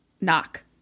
knock